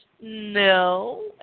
No